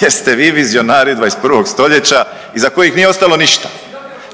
jer ste vi vizionari 21. stoljeća iza kojih nije ostalo ništa,